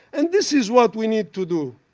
and this is what we need to do.